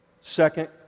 Second